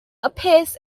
appears